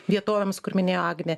vietovėms kur minėjo agnė